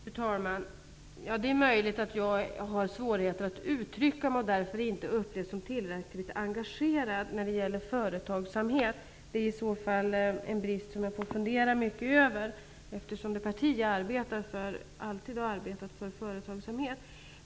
Fru talman! Det är möjligt att jag har svårigheter med att uttrycka mig och därför inte uppfattas som tillräckligt engagerad när det gäller företagsamhet. Det är i så fall en brist som jag får fundera mycket över, eftersom det parti som jag arbetar för alltid har arbetat för företagsamhet.